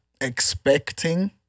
expecting